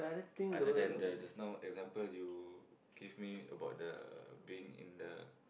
other than the just now example you give me about the being in the